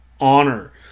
honor